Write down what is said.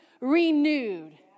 renewed